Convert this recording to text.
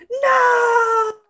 No